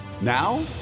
Now